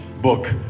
book